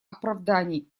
оправданий